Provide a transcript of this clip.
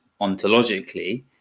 ontologically